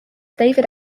david